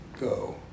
go